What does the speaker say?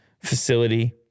facility